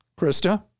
Krista